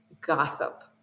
gossip